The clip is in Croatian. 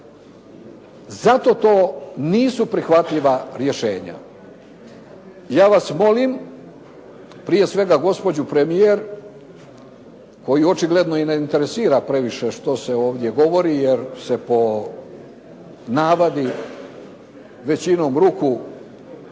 Zato to nisu prihvatljiva rješenja. Ja vas molim, prije svega gospođu premijer, koju očigledno i ne interesira previše što se ovdje govori, jer se po navadi većinom ruku